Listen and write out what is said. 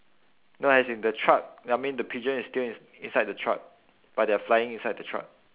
no as in the truck I mean the pigeon is still ins~ inside the truck but they are flying inside the truck